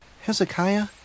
Hezekiah